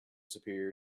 superior